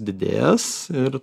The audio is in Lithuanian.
didės ir